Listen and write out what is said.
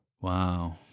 Wow